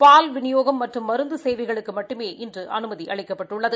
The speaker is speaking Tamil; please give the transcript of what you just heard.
பால் விநியோகம் மற்றும் மருந்து சேவைகளுக்கு மட்டுமே இன்று அனுமதி அளிக்கப்பட்டது